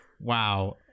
Wow